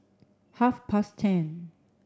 half past ten